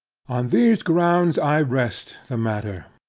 on these grounds i rest the matter.